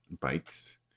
bikes